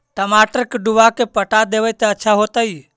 टमाटर के डुबा के पटा देबै त अच्छा होतई?